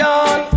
on